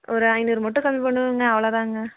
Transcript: ஒரு ஐநூறு மட்டும் கம்மி பண்ணுவோம்ங்க அவ்வளோதாங்க